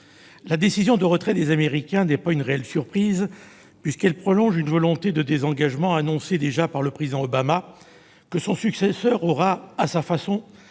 La décision de retrait des Américains n'est pas une réelle surprise, puisqu'elle prolonge une volonté de désengagement déjà annoncée par le président Obama, que son successeur aura mise en